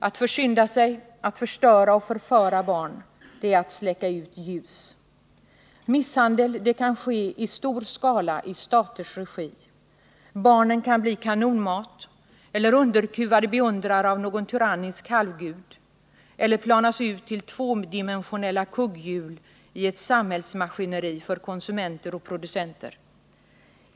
Att försynda sig, att förstöra och förföra barn, det är att släcka ut ljus. Misshandel kan ske i stor skala i staters regi. Barnen kan bli kanonmat, eller underkuvade beundrare av någon tyrannisk halvgud, eller planas ut till tvådimensionella kugghjul i ett samhällsmaskineri för konsumenter och producenter.